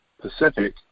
Pacific